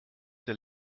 der